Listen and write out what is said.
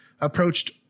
approached